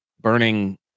burning